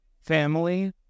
family